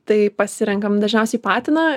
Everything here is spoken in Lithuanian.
tai pasirenkame dažniausiai patiną